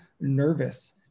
nervous